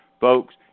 Folks